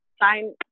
sign